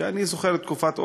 כי אני זוכר את תקופת אוסלו,